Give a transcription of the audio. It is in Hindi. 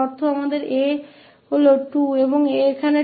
अब यहाँ a 2 है